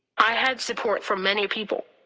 i had support from many people.